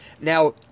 Now